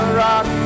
rock